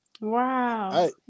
Wow